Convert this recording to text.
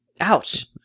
ouch